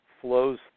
flows